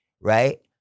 right